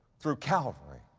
through calvary,